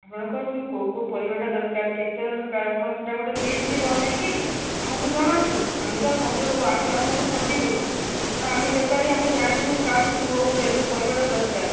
ଆପଣଙ୍କର ପୁଣି କେଉଁ କେଉଁ ପରିବାଟା ଦରକାର କେତେ ଦରକାର ଆପଣ ସେଇଟା ଗୋଟେ ଲିଷ୍ଟ୍ ବନେଇକି ଆମକୁ ଜଣାନ୍ତୁ ଆମେ ତ ସଜ ଆମେ ଆପଣଙ୍କୁ ଠକିବୁନି କାରଣ ଆମେ ବେପାରୀ ଆମେ ଜାଣିଛୁ କାହାକୁ କେଉଁ ଯେଉଁ ପରିବାଟା ଦରକାର